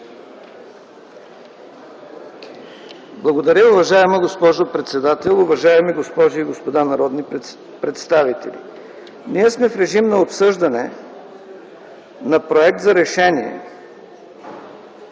Благодаря Ви, уважаема госпожо председател. Уважаеми госпожи и господа народни представители, ние сме в режим на обсъждане на проект за решение,